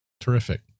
Terrific